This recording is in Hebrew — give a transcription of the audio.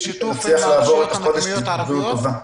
נקווה שנעבור את החודש בבריאות טובה.